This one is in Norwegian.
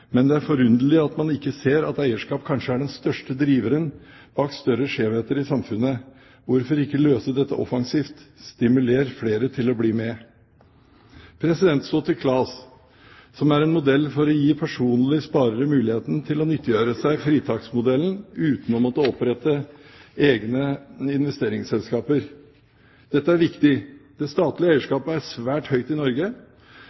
men det er forunderlig at man ikke ser at eierskap kanskje er den største driveren bak større skjevheter i samfunnet. Hvorfor ikke løse dette offensivt – stimulere flere til å bli med? Så til KLAS, som er en modell for å gi personlige sparere muligheten til å nyttiggjøre seg fritaksmodellen, uten å måtte opprette egne investeringsselskaper. Dette er viktig. Det statlige